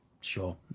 sure